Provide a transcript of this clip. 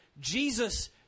Jesus